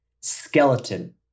skeleton